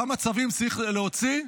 כמה צווים צריך להוציא?